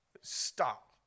Stop